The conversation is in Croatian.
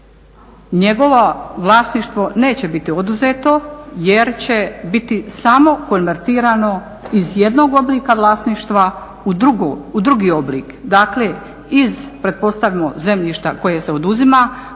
njegovo vlasništvo neće biti oduzeto jer će biti samo konvertirano iz jednog oblika vlasništva u drugi oblike. Dakle, iz pretpostavimo zemljišta koje se oduzima